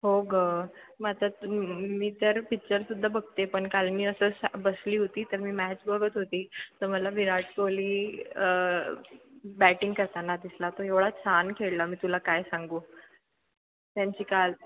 हो गं मग आता मी तर पिच्चरसुद्धा बघते पण काल मी असं सा बसली होती तर मी मॅच बघत होती तर मला विराट कोहली बॅटिंग करताना दिसला तो एवढा छान खेळला मी तुला काय सांगू त्यांची काल